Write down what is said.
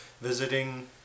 visiting